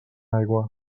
aigua